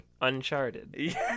Uncharted